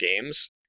games